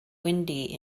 windy